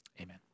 amen